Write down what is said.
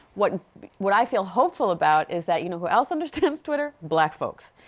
what what i feel hopeful about is that, you know, who else understands twitter? black folks.